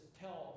tell